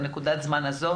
בנקודת הזמן הזו,